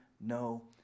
no